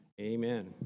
amen